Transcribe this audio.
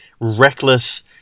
reckless